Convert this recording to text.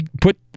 put